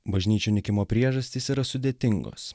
bažnyčių nykimo priežastys yra sudėtingos